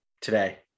today